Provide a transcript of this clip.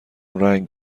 رنگ